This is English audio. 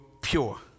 pure